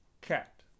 Cat